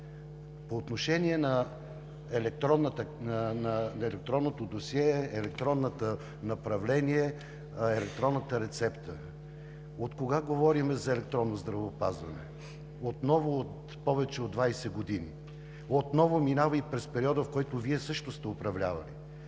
По отношение на електронното досие, електронното направление, електронната рецепта. Откога говорим за електронно здравеопазване? Отново от повече от 20 години, отново минава и през периода, в който Вие също сте управлявали.